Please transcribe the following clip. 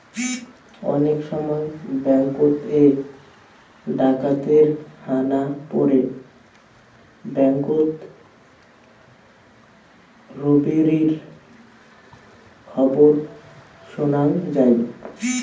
অনেক সময় ব্যাঙ্ককোত এ ডাকাতের হানা পড়ে ব্যাঙ্ককোত রোবেরির খবর শোনাং যাই